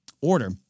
order